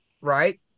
Right